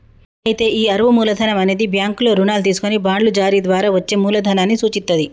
అయితే ఈ అరువు మూలధనం అనేది బ్యాంకుల్లో రుణాలు తీసుకొని బాండ్లు జారీ ద్వారా వచ్చే మూలదనాన్ని సూచిత్తది